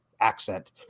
accent